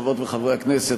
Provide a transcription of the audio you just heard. חברות וחברי הכנסת,